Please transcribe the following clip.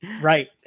right